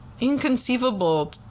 inconceivable